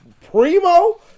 Primo